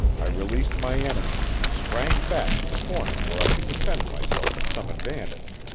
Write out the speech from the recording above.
i released my enemy, and sprang back to the corner where i could defend myself at some advantage.